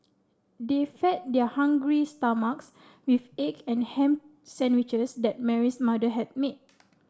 they fed their hungry stomachs with egg and ham sandwiches that Mary's mother had made